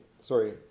sorry